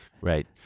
Right